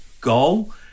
goal